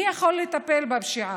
מי יכול לטפל בפשיעה,